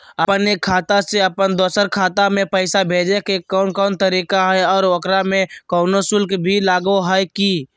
अपन एक खाता से अपन दोसर खाता में पैसा भेजे के कौन कौन तरीका है और ओकरा में कोनो शुक्ल भी लगो है की?